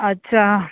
अच्छा